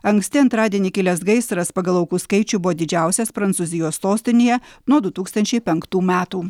anksti antradienį kilęs gaisras pagal aukų skaičių buvo didžiausias prancūzijos sostinėje nuo du tūkstančiai penktų metų